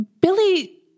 Billy